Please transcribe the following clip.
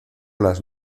las